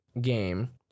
game